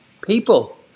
people